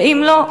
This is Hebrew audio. ואם לא,